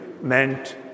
meant